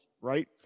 right